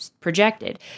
projected